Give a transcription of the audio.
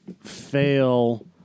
fail